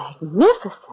magnificent